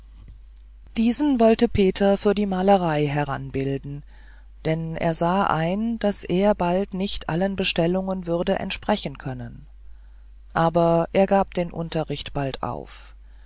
diesen wollte peter für die malerei heranbilden denn er sah ein daß er bald nicht allen bestellungen würde entsprechen können aber er gab den unterricht bald auf